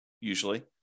usually